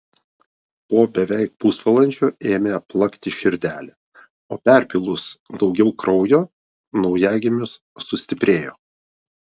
po beveik pusvalandžio ėmė plakti širdelė o perpylus daugiau kraujo naujagimis sustiprėjo